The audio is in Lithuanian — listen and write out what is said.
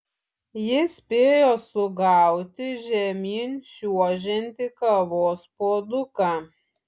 jis spėjo sugauti žemyn čiuožiantį kavos puoduką